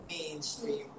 mainstream